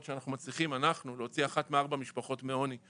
שאנחנו מצליחים להוציא אחת מארבע משפחות מעוני.